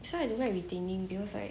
so I don't like retaining because like